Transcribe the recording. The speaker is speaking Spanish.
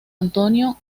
antonio